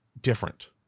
different